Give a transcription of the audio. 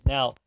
Now